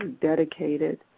dedicated